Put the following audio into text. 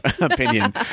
opinion